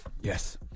Yes